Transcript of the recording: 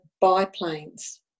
biplanes